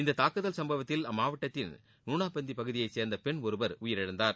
இந்த தாக்குதல் சும்பவத்தில் அம்மாட்டத்தின் நூனாபந்தி பகுதியை சுர்ந்த பெண் ஒருவர் உயிரிழந்தார்